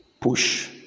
Push